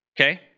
Okay